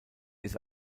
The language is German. ist